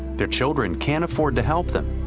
their children can't afford to help them,